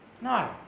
No